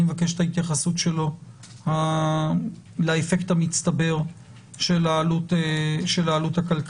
אני מבקש את ההתייחסות שלו לאפקט המצטבר של העלות הכלכלית.